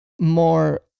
more